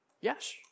Yes